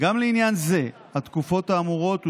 אתם אמרתם שצריך לשמור על חופש ההפגנה.